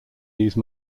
these